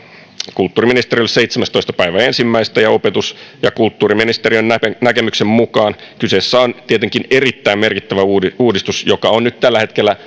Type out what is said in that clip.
kulttuuriministeriölle seitsemästoista ensimmäistä ja opetus ja kulttuuriministeriön näkemyksen mukaan kyseessä on tietenkin erittäin merkittävä uudistus joka on nyt tällä hetkellä